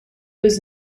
was